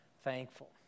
thankful